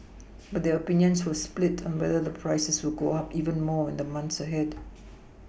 but their oPinions were split on whether the prices would go up even more in the months ahead